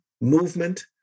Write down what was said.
movement